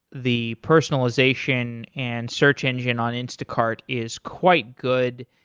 the personalization and search engine on instacart is quite good.